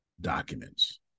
documents